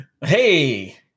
Hey